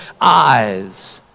eyes